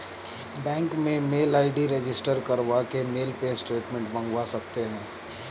bank में mail ID register करवा के मेल पे स्टेटमेंट मंगवा सकते है